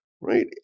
right